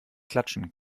klatschen